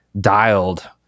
dialed